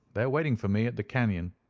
they are waiting for me at the canon.